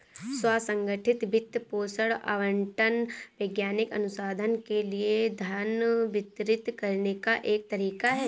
स्व संगठित वित्त पोषण आवंटन वैज्ञानिक अनुसंधान के लिए धन वितरित करने का एक तरीका हैं